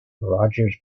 rodgers